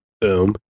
Boom